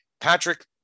Patrick